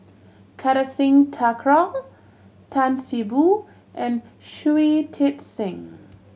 Kartar Singh Thakral Tan See Boo and Shui Tit Sing